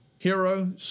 Hero